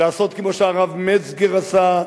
לעשות כמו שהרב מצגר עשה,